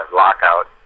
lockout